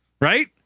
right